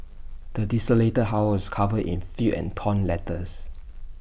the desolated house was covered in filth and torn letters